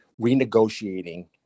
renegotiating